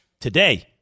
Today